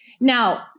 Now